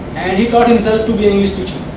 he taught himself to be an english teacher